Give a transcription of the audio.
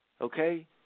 okay